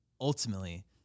ultimately